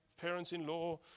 parents-in-law